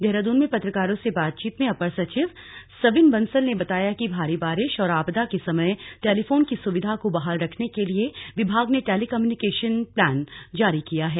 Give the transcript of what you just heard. देहरादून में पत्रकारों से बातचीत में अपर सचिव सविन बंसल ने बताया कि भारी बारिश और आपदा के समय टेलीफोन की सुविधा को बहाल रखने के लिए विभाग ने टेलीकम्युनिकेशन प्लान जारी किया है